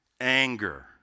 anger